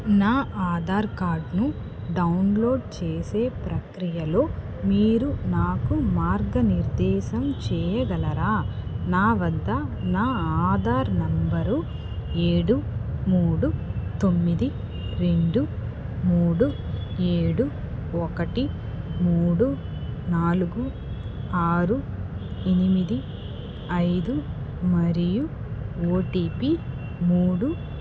నా ఆధార్కార్డ్ను డౌన్లోడ్ చేసే ప్రక్రియలో మీరు నాకు మార్గనిర్దేశం చెయ్యగలరా నా వద్ద నా ఆధార్ నంబరు ఏడు మూడు తొమ్మిది రెండు మూడు ఏడు ఒకటి మూడు నాలుగు ఆరు ఎనిమిది ఐదు మరియు ఓటీపీ మూడు